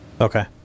Okay